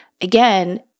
Again